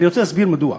אני רוצה להסביר מדוע.